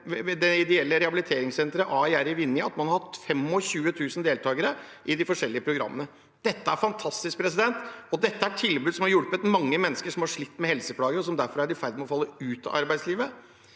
det ideelle rehabiliteringssenteret AiR i Vinje at man har hatt 25 000 deltakere i de forskjellige programmene. Det er fantastisk. Dette er tilbud som har hjulpet mange mennesker som har slitt med helseplager, og som derfor er i ferd med å falle ut av arbeidslivet,